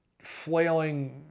flailing